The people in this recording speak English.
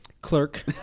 Clerk